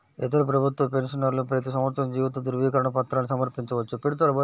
ఇతర ప్రభుత్వ పెన్షనర్లు ప్రతి సంవత్సరం జీవిత ధృవీకరణ పత్రాన్ని సమర్పించవచ్చు